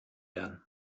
werden